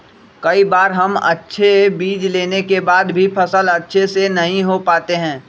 कई बार हम अच्छे बीज लेने के बाद भी फसल अच्छे से नहीं हो पाते हैं?